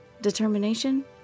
Determination